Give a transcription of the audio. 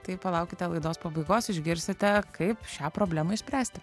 tai palaukite laidos pabaigos išgirsite kaip šią problemą išspręsti